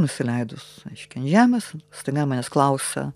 nusileidus reiškia ant žemės staiga manęs klausia